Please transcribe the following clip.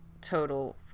total